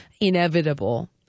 inevitable